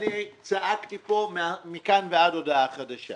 ואני צעקתי כאן מכאן ועד הודעה חדשה